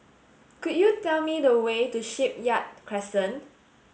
could you tell me the way to Shipyard Crescent